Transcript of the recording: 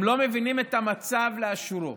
הם לא מבינים את המצב לאשורו.